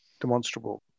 demonstrable